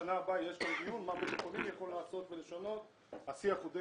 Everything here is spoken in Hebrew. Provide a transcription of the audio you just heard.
בשנה הבאה יש כבר דיון מה בית חולים יכול לעשות ולשנות על פי אחוזי